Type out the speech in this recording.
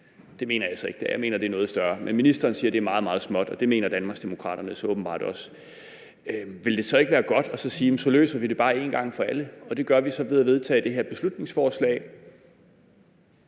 Det mener jeg altså ikke det er. Jeg mener, det er noget større, men ministeren siger, det er meget, meget småt, og det mener Danmarksdemokraterne så åbenbart også. Ville det så ikke være godt at sige, at det løser vi så en gang for alle, og at vi gør det ved at vedtage det her beslutningsforslag?